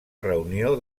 reunió